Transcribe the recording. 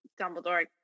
Dumbledore